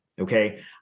Okay